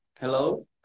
Hello